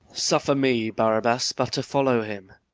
suffer me, barabas, but to follow him.